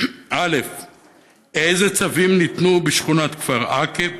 1. אילו צווים ניתנו בשכונת כפר עקב?